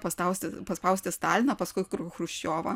paspausti paspausti staliną paskui kru chruščiovą